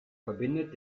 verbindet